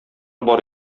бар